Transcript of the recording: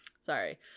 Sorry